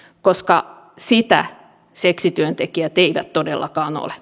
koska sitä seksityöntekijät eivät todellakaan ole